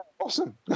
awesome